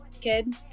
kid